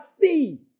see